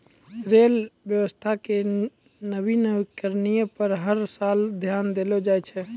rail व्यवस्था के नवीनीकरण पर हर साल ध्यान देलो जाय छै